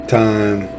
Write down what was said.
time